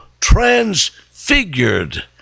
transfigured